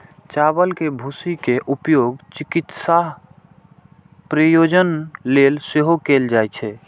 चावल के भूसी के उपयोग चिकित्सा प्रयोजन लेल सेहो कैल जाइ छै